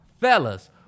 Fellas